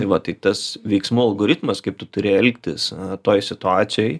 tai va tai tas veiksmų algoritmas kaip tu turi elgtis toj situacijoj